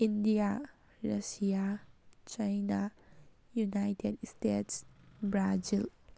India Russia China United States Brazil